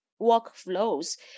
workflows